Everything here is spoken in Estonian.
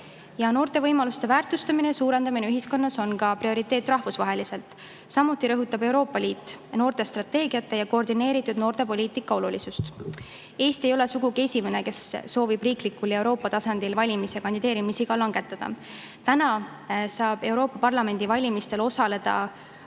Noorte võimaluste väärtustamine ja suurendamine ühiskonnas on ka rahvusvaheline prioriteet. Samuti rõhutab Euroopa Liit noortestrateegiate ja koordineeritud noortepoliitika olulisust. Eesti ei ole sugugi esimene, kes soovib riiklikul ja Euroopa tasandil valimis- ja kandideerimisiga langetada. Täna saab Euroopa Parlamendi valimistel osaleda